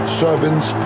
servants